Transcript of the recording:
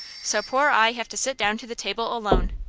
so poor i have to sit down to the table alone.